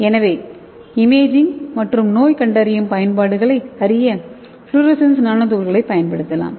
எனவே நாம் இமேஜிங் மற்றும் நோய் கண்டறியும் பயன்பாடுகளை அறிய ஃப்ளோரசன்ஸ் நானோ துகள்களைப் பயன்படுத்தலாம்